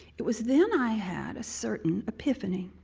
it was then i had a certain epiphany.